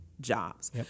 jobs